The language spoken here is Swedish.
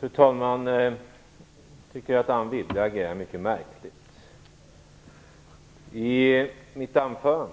Fru talman! Jag tycker att Anne Wibble agerar mycket märkligt. I mitt anförande